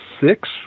six